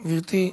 גברתי.